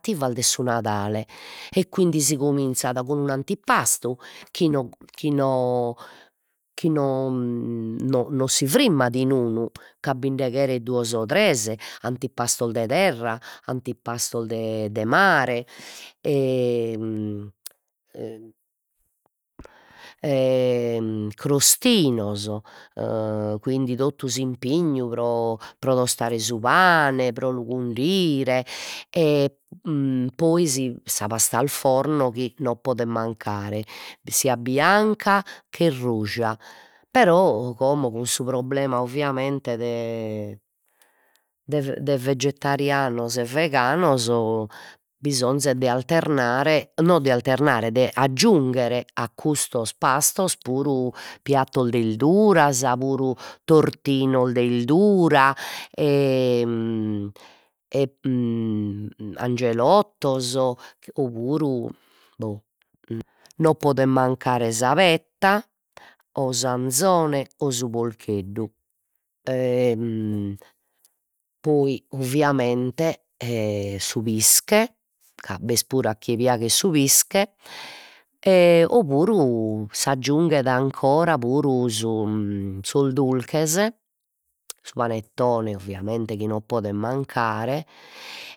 Ttivas de su Nadale e quindi si cominzat cun d'un'antipastu chi no chi no chi no no non si frimmat in unu ca binde cheret duos o tres, antipastos de terra, antipastos de de mare e crostinos, quindi totu s'impignu pro pro tostare su pane, pro lu cundire e poi si sa pasta al forno chi non podet mancare sia bianca che ruja, però como cussu problema ovviamente de de ve de vegetarianos e veganos bisonzat de alternare no de alternare de aggiungher a custos pastos puru piattos de 'irdura, puru turtinos de 'irdura e e angelottos o puru bo u non podet mancare sa petta o s'anzone o su porcheddu poi ovviamente e su pische, ca b'est puru a chie piaghet su pische e o puru s'aggiunghet ancora puru su sos durches su panettone ovviamente chi non podet mancare